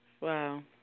Wow